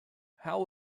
how